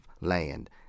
land